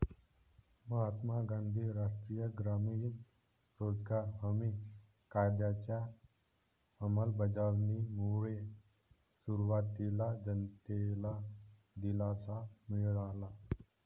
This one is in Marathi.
महात्मा गांधी राष्ट्रीय ग्रामीण रोजगार हमी कायद्याच्या अंमलबजावणीमुळे सुरुवातीला जनतेला दिलासा मिळाला